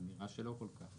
נראה שלא כל-כך.